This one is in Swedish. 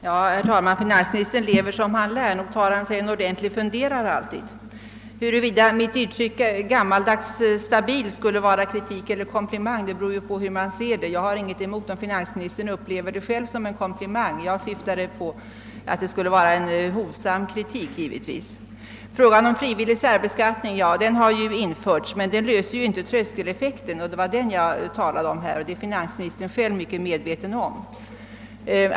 Herr talman! Finansministern lever som han lär. Nog tar han sig en ordentlig funderare alltid. Huruvida mitt uttryck »gammaldags stabil» skulle vara kritik eller komplimang, det beror på hur män ser det. Jag har ingenting emot att finansministern själv upplever det som en komplimang; jag syftade givetvis till att framföra en hovsam kritik. Frivillig särbeskattning har införts, men det löser inte problemet med tröskeleffekten. Det var den jag talade om, och det är finansministern väl medveten om.